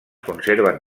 conserven